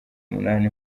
umunani